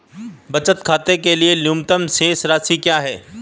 बचत खाते के लिए न्यूनतम शेष राशि क्या है?